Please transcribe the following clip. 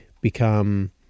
become